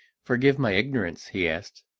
forgive my ignorance, he asked,